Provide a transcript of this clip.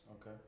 Okay